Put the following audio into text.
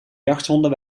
jachthonden